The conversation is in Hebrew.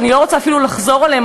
שאני לא רוצה אפילו לחזור עליהן,